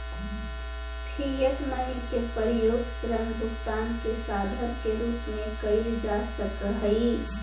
fiat money के प्रयोग ऋण भुगतान के साधन के रूप में कईल जा सकऽ हई